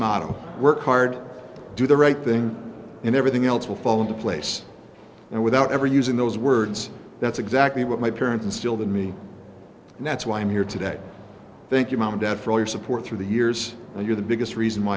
motto work hard do the right thing and everything else will fall into place and without ever using those words that's exactly what my parents instilled in me and that's why i'm here today thank you mom dad for all your support through the years and you're the biggest reason why